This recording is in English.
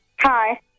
Hi